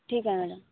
ठीक आहे मॅडम